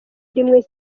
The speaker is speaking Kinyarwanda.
rimwe